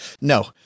no